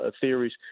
theories